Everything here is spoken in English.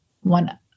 One